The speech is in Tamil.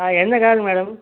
ஆ என்ன காரு மேடம்